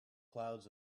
clouds